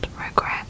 regret